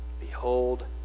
Behold